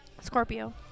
Scorpio